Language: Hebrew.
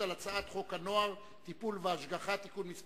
על הצעת חוק הנוער (טיפול והשגחה) (תיקון מס'